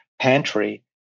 pantry